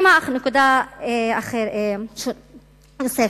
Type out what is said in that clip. נקודה נוספת,